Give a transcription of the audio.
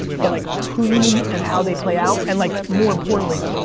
but like, who you meet, and how they play out, and like, more importantly,